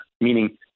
meaning